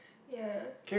ya